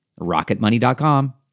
RocketMoney.com